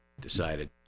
decided